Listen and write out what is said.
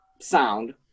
Sound